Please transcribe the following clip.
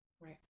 right